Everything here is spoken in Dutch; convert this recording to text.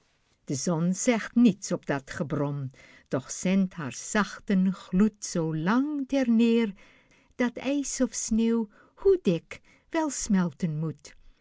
de zon zegt niets op dat gebrom doch zendt haar zachten gloed zoo lang terneer dat ijs of sneeuw hoe dik wel smelten moet